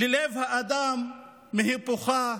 ללב האדם מהיפוכה.